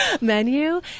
menu